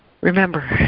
remember